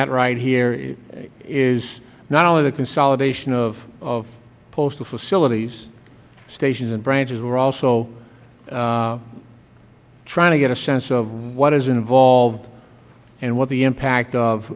at right here is not only the consolidation of postal facilities stations and branches we are also trying to get a sense of what is involved and what the impact of